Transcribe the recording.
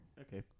Okay